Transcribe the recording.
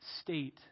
state